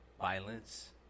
violence